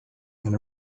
and